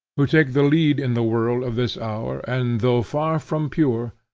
who take the lead in the world of this hour, and though far from pure,